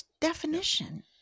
definition